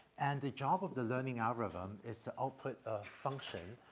and the job of the learning algorithm is to output a function,